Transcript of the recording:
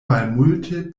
malmulte